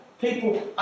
people